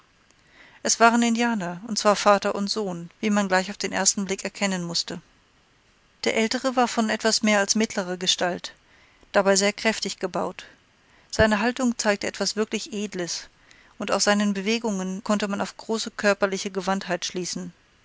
es waren indianer und zwar vater und sohn wie man gleich auf den ersten blick erkennen mußte der aeltere war von etwas mehr als mittlerer gestalt dabei sehr kräftig gebaut seine haltung zeigte etwas wirklich edles und aus seinen bewegungen konnte man auf große körperliche gewandtheit schließen